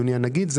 אדוני הנגיד,